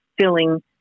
filling